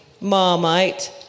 Marmite